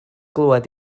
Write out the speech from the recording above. glywed